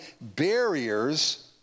barriers